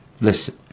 Listen